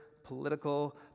political